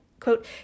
Quote